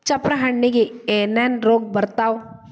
ಚಪ್ರ ಹಣ್ಣಿಗೆ ಏನೇನ್ ರೋಗ ಬರ್ತಾವ?